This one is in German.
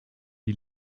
die